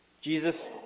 Jesus